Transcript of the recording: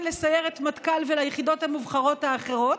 לסיירת מטכ"ל וליחידות המובחרות האחרות,